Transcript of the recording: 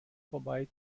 vorbei